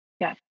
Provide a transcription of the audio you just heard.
Yes